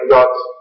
God's